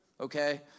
Okay